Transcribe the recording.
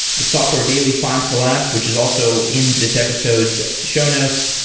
the software daily findcollabs, which is also in this episode's show notes,